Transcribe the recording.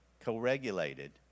co-regulated